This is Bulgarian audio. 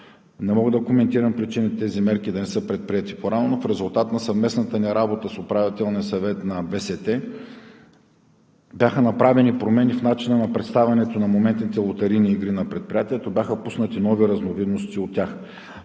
Не мога да коментирам причините тези мерки да не са предприети по-рано, но в резултат на съвместната ни работа с Управителния съвет на Българския спортен тотализатор бяха направени промени в начина на представянето на моментните лотарийни игри на предприятието, бяха пуснати нови разновидности от тях.